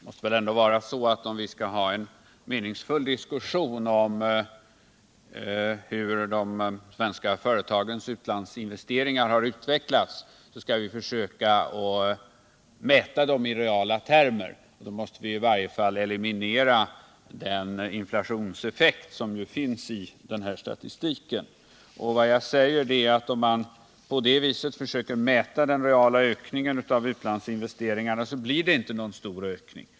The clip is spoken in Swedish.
Herr talman! För att vi skall få en meningsfull diskussion om hur de svenska företagens utlandsinvesteringar har utvecklats måste vi mäta i reala termer. Då måste vi i varje fall eliminera den inflationseffekt som finns i statistiken. Vad jag har sagt är att om man försöker mäta de reala ökningarna av utlandsinvesteringarna så finner man att det inte är fråga om någon stor ökning.